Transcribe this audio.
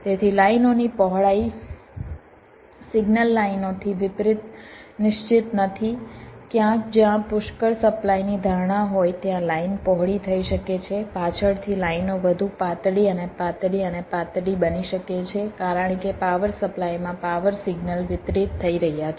તેથી લાઇનોની પહોળાઈ સિગ્નલ લાઇનોથી વિપરીત નિશ્ચિત નથી ક્યાંક જ્યાં પુષ્કળ સપ્લાયની ધારણા હોય ત્યાં લાઇન પહોળી થઈ શકે છે પાછળથી લાઇનો વધુ પાતળી અને પાતળી અને પાતળી બની શકે છે કારણ કે પાવર સપ્લાયમાં પાવર સિગ્નલ વિતરિત થઈ રહ્યા છે